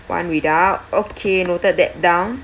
one without okay noted that down